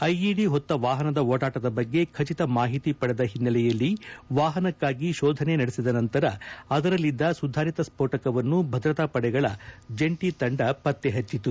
IED ಹೊತ್ತ ವಾಹನದ ಓಡಾಟದ ಬಗ್ಗೆ ಖಟಿತ ಮಾಹಿತಿ ಪಡೆದ ಹಿನ್ನೆಲೆಯಲ್ಲಿ ವಾಹನಕ್ಕಾಗಿ ಶೋಧನೆ ನಡೆಸಿದ ನಂತರ ಅದರಲ್ಲಿದ್ದ ಸುಧಾರಿತ ಸ್ಫೋಟಕವನ್ನು ಭದ್ರತಾ ಪಡೆಗಳ ಜಂಟ ತಂಡ ಪತ್ತೆಹಚ್ಚಿತು